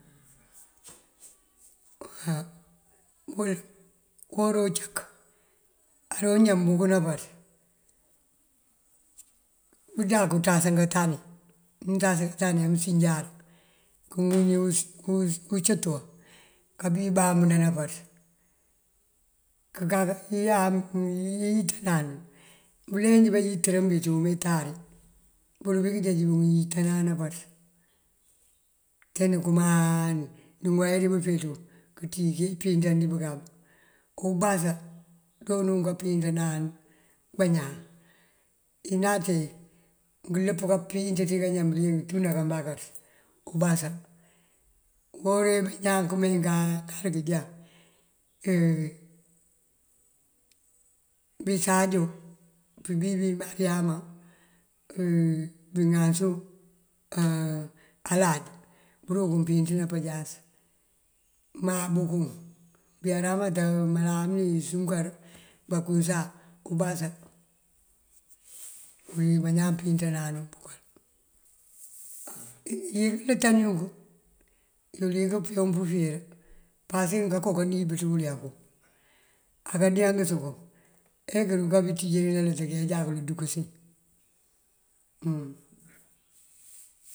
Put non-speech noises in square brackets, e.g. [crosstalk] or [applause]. [noise] [hesitation] uwora uncak aroonjá mëmbuk nampaţ bunjáku ţasan katani. Mënţas pëntani amësinjar [hesitation] uncëţ wun kabí bambëna nampaţ. Kakayán mëlincëna nël bëlenj bayincërin ţí umetari bul bí kënjeej bun ŋíitan nampaţ. Tee nëkëmáa nëŋooy ribëfeeţu kënţíisi impíinţan dí bënkáab, ubasan joonu kampíinţanan bañaan. Ngënaţee ngëlëp kampíinţ bëliyëng ţí kañan bëliyëng tú ná inbankáaţ ubasan. Uwora uwí bañaan këbëwín kaŋal kënjá [hesitation] bí sadio pëbí dí mariama [hesitation] bíñasu [hesitation] alaj bërëm mun píinţëna pajas. Má bunkum bí ramata melamine bí sunkar bankusa ubasan, uwël uwí bañaan píinţana wun bëkël. Iŋi ilëtani yunk iyël wí këpeewun pëfíir pasëk kooko kaníib ţí ulefu. Á ká ndengës kun ajá kuruka keenţíj dí nalët këjá kël dukësi. [hesitation]